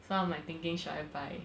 so I'm like thinking should I buy